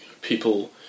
people